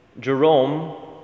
Jerome